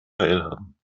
teilhaben